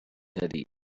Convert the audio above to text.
teddy